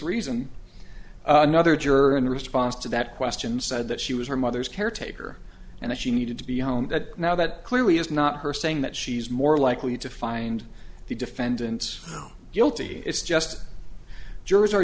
reason another juror in response to that question said that she was her mother's caretaker and that she needed to be home that now that clearly is not her saying that she's more likely to find the defendant's guilty it's just the jurors are